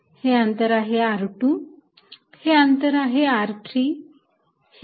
हे अंतर आहे r2 हे अंतर आहे r3